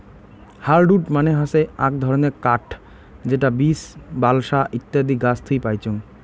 hardwood মানে হসে আক ধরণের কাঠ যেটা বীচ, বালসা ইত্যাদি গাছ থুই পাইচুঙ